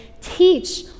teach